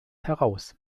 heraus